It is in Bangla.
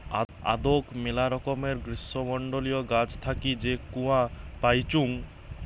আদৌক মেলা রকমের গ্রীষ্মমন্ডলীয় গাছ থাকি যে কূয়া পাইচুঙ